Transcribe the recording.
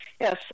Yes